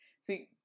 See